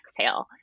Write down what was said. exhale